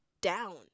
down